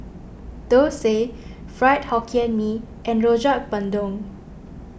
Dosa Fried Hokkien Mee and Rojak Bandung